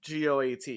GOAT